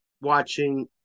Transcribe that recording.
watching